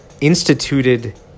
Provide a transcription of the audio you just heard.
instituted